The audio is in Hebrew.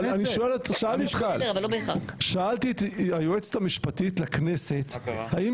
אבל שאלתי את היועצת המשפטית לכנסת מה הם